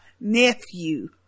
nephew